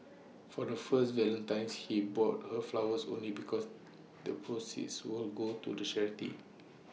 for the first Valentine's he bought her flowers only because the proceeds would go to charity